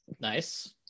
Nice